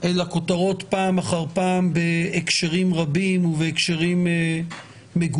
אל הכותרות פעם אחר פעם בהקשרים רבים ובהקשרים מגוונים.